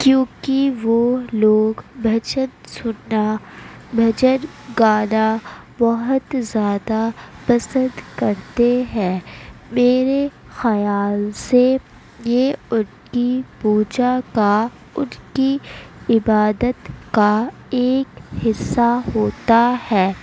کیونکہ وہ لوگ بھجن سننا بھجن گانا بہت زیادہ پسند کرتے ہیں میرے خیال سے یہ ان کی پوجا کا ان کی عبادت کا ایک حصہ ہوتا ہے